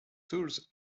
tools